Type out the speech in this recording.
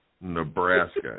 Nebraska